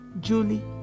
Julie